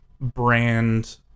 brand